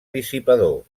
dissipador